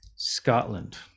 Scotland